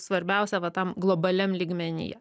svarbiausia va tam globaliam lygmenyje